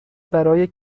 برای